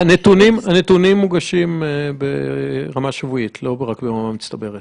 הנתונים מוגשים ברמה שבועית, לא רק ברמה מצטברת.